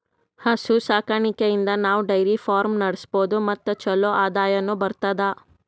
ಹಸು ಸಾಕಾಣಿಕೆಯಿಂದ್ ನಾವ್ ಡೈರಿ ಫಾರ್ಮ್ ನಡ್ಸಬಹುದ್ ಮತ್ ಚಲೋ ಆದಾಯನು ಬರ್ತದಾ